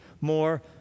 more